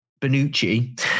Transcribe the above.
Benucci